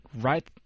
right